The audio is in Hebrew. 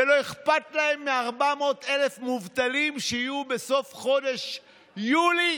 ולא אכפת להם מ-400,000 מובטלים שיהיו בסוף חודש יולי